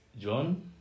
John